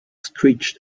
screeched